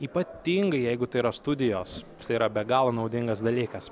ypatingai jeigu tai yra studijos yra be galo naudingas dalykas